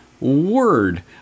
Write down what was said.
word